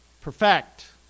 perfect